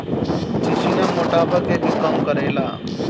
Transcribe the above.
चिचिना मोटापा के भी कम करेला